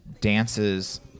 dances